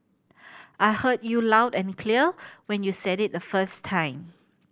I heard you loud and clear when you said it the first time